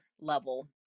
level